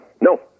No